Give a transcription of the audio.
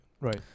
right